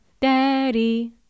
daddy